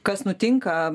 kas nutinka